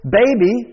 baby